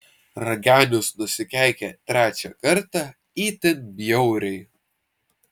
raganius nusikeikė trečią kartą itin bjauriai